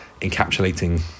encapsulating